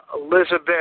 Elizabeth